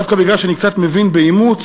דווקא מפני שאני קצת מבין באימוץ,